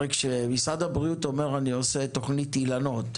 הרי כשמשרד הבריאות אומר: אני עושה את תוכנית "אילנות",